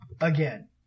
again